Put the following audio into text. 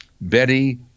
Betty